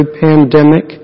pandemic